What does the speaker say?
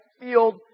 Field